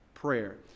prayer